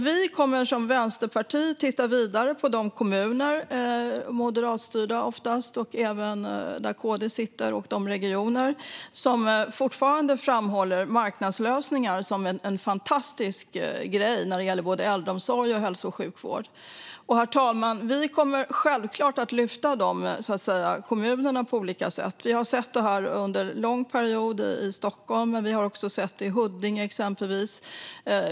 Vi kommer som vänsterparti att titta vidare på de kommuner och regioner - oftast moderatstyrda, och även sådana där KD sitter - som fortfarande framhåller marknadslösningar som en fantastisk grej när det gäller äldreomsorg och hälso och sjukvård. Vi kommer självklart att lyfta fram de kommunerna på olika sätt, herr talman. Vi har sett det här under en lång period i Stockholm, men också exempelvis i Huddinge.